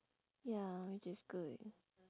ya which is good